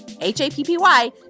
H-A-P-P-Y